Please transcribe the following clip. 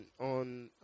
on